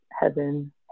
heaven